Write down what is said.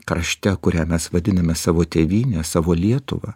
krašte kurią mes vadiname savo tėvyne savo lietuva